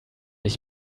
ich